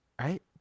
right